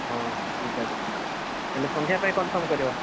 ହଁ ହଁ ଯିବା ଯିବା ହେଲେ ସନ୍ଧ୍ୟା ପାଇଁ କନ୍ଫର୍ମ୍ କରିବା